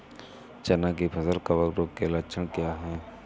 चना की फसल कवक रोग के लक्षण क्या है?